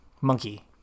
monkey